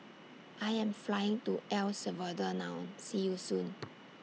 I Am Flying to El Salvador now See YOU Soon